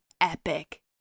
epic